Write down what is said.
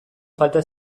falta